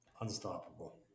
Unstoppable